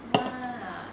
!wah!